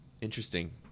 Interesting